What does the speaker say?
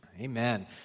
Amen